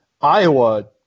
Iowa